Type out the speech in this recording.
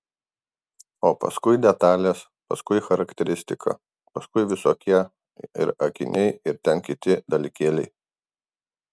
o paskui detalės paskui charakteristika paskui visokie ir akiniai ir ten kiti dalykėliai